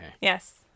Yes